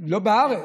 לא, בארץ.